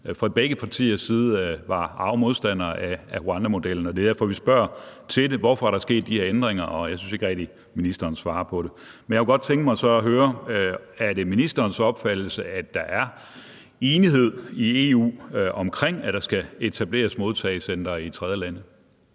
fra begge partiers side var arge modstandere af Rwandamodellen. Det er derfor, vi spørger til det: Hvorfor er der sket de her ændringer? Og jeg synes ikke rigtig, ministeren svarer på det. Men så kunne jeg godt tænke mig at høre: Er det ministerens opfattelse, at der er enighed i EU omkring, at der skal etableres modtagecentre i tredjelande?